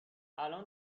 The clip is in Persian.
الان